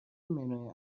منوی